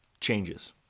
changes